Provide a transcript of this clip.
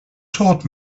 taught